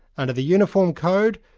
under the uniform code,